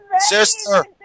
sister